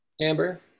Amber